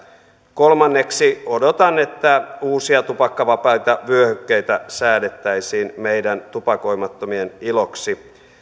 kolmanneksi odotan että uusia tupakkavapaita vyöhykkeitä säädettäisiin meidän tupakoimattomien iloksi